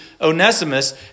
Onesimus